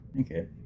Okay